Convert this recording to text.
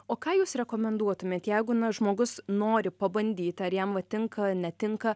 o ką jūs rekomenduotumėt jeigu na žmogus nori pabandyt ar jam tinka netinka